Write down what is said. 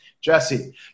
Jesse